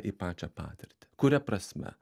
į pačią patirtį kuria prasme